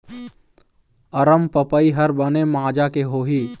अरमपपई हर बने माजा के होही?